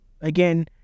again